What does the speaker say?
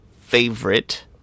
favorite